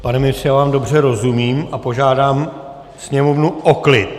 Pane ministře, já vám dobře rozumím a požádám Sněmovnu o klid!